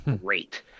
great